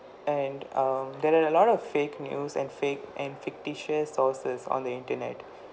and um there are a lot of fake news and fake and fictitious sources on the internet